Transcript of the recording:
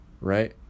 Right